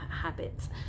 habits